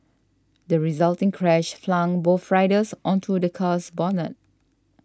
the resulting crash flung both riders onto the car's bonnet